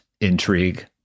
intrigue